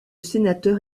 sénateur